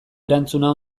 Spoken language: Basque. erantzuna